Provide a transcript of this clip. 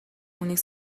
үнийг